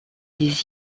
des